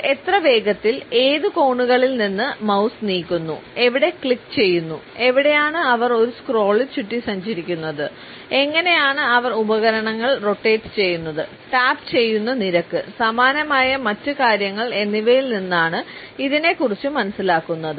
അവർ എത്ര വേഗത്തിൽ ഏത് കോണുകളിൽ നിന്ന് മൌസ് നീക്കുന്നു എവിടെ ക്ലിക്കു ചെയ്യുന്നു എവിടെയാണ് അവർ ഒരു സ്ക്രോളിൽ ചുറ്റി സഞ്ചരിക്കുന്നത് എങ്ങനെയാണ് അവർ ഉപകരണങ്ങൾ റൊട്ടേറ്റ് ചെയ്യുന്നത് ടാപ്പുചെയ്യുന്ന നിരക്ക് സമാനമായ മറ്റ് കാര്യങ്ങൾ എന്നിവയിൽ നിന്ന് ആണ് ഇതിനെക്കുറിച്ച് മനസ്സിലാക്കുന്നത്